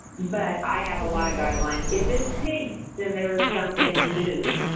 but i have a lot of guidelines. if it's pink, then there is something new.